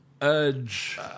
Edge